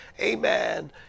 amen